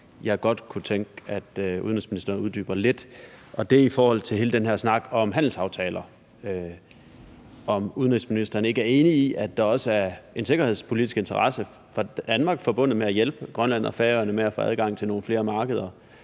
godt kunne tænke mig at udenrigsministeren uddyber lidt. Og det er i forhold til hele den her snak om handelsaftaler, altså om udenrigsministeren ikke er enig i, at der også er en sikkerhedspolitisk interesse for Danmark forbundet med at hjælpe Grønland og Færøerne med at få adgang til nogle flere markeder.